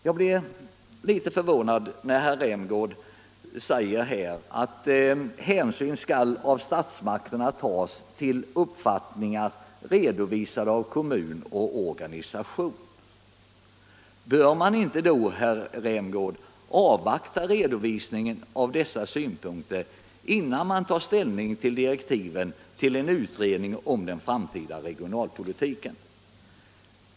Jag blev litet förvånad, när herr Rämgård sade att statsmakterna skall ta hänsyn till uppfattningar redovisade av kommun och organisation. Borde man inte då, herr Rämgård, avvakta redovisningen av dessa synpunkter, innan man tar ställning till direktiven till en utredning om den framtida regionalpolitiken?